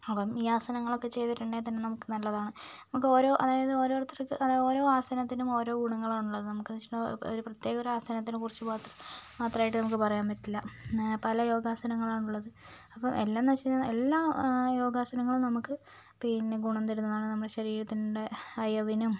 അപ്പം ഈ ആസനങ്ങളൊക്കെ ചെയ്തിട്ടുണ്ടെങ്കിൽത്തന്നെ നമുക്ക് നല്ലതാണ് നമുക്ക് ഓരോ അതായത് ഓരോരുത്തർക്ക് അത ഓരോ ആസനത്തിനും ഓരോ ഗുണങ്ങളാണ് ഉള്ളത് നമുക്കെന്നു വെച്ചിട്ടുണ്ടെങ്കിൽ ഒരു പ്രത്യേക ഒരു ആസനത്തിനെക്കുറിച്ച് മാത്രം മാത്രമായിട്ട് നമുക്ക് പറയാൻ പറ്റില്ല പല യോഗാസനങ്ങളാണുള്ളത് അപ്പം എല്ലാമെന്നു വെച്ചുകഴിഞ്ഞാൽ എല്ലാ യോഗാസനങ്ങളും നമുക്ക് പിന്നെ ഗുണം തരുന്നതാണ് നമ്മുടെ ശരീരത്തിൻ്റെ അയവിനും